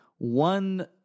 One